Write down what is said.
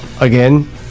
again